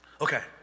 Okay